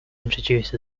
introduced